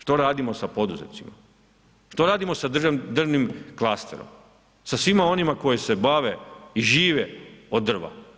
Što radimo sa poduzetnicima, što radimo sa drvnim klasterom, sa svima onima koji se bave i žive od drva?